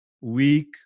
weak